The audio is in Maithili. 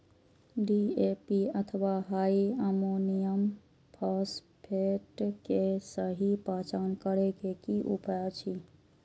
डी.ए.पी अथवा डाई अमोनियम फॉसफेट के सहि पहचान करे के कि उपाय अछि?